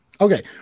Okay